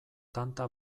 tanta